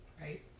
Right